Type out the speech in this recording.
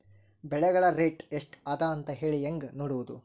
ಬೆಳೆಗಳ ರೇಟ್ ಎಷ್ಟ ಅದ ಅಂತ ಹೇಳಿ ಹೆಂಗ್ ನೋಡುವುದು?